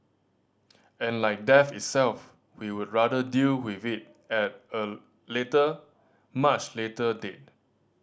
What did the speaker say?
and like death itself we would rather deal with it at a later much later date